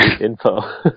info